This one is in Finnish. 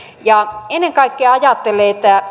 ja ennen kaikkea ajattelen että